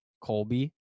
Colby